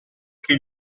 che